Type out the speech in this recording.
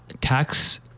tax